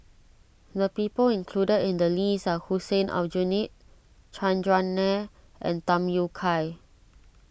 the people included in the list are Hussein Aljunied Chandran Nair and Tham Yui Kai